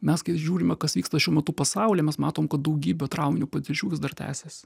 mes kai žiūrime kas vyksta šiuo metu pasaulyje mes matom kad daugybė trauminių patirčių vis dar tęsiasi